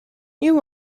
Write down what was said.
you